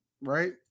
right